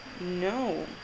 no